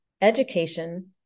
education